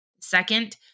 Second